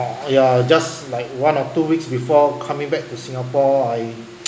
ya just like one or two weeks before coming back to singapore I